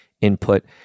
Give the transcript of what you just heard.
input